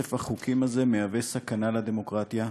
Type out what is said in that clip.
אוסף החוקים הזה מהווה סכנה לדמוקרטיה,